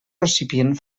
recipient